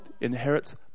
inherits